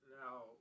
Now